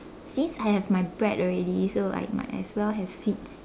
since I have my bread already so I might as well have sweets